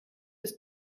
bis